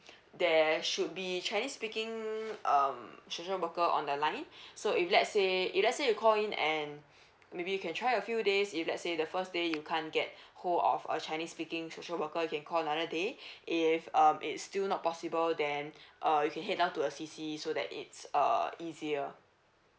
there should be chinese speaking um social worker on the line so if let's say if let's say you call in and maybe you can try a few days if let say the first day you can't get hold of a chinese speaking social worker you can call another day if um it's still not possible then uh you can head down to a C_C so that it's uh easier